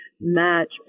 match